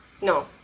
No